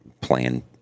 playing